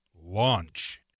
launch